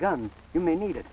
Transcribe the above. gun you may need it